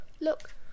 look